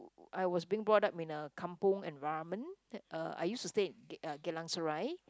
I was being brought up in a kampung environment uh I used to stay in uh Geylang Serai